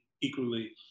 equally